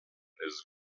his